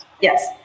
yes